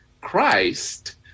Christ